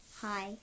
Hi